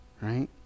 right